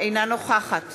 אינה נוכחת